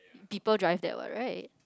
people drive that what right